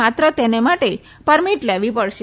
માત્ર તેને માટે પરમીટ લેવી પડશે